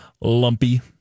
lumpy